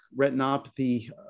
retinopathy